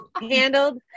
handled